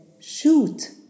shoot